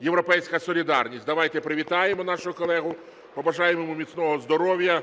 "Європейська солідарність". Давайте привітаємо нашого колегу, побажаємо йому міцного здоров'я,